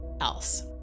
else